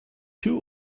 two